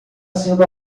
sendo